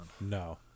No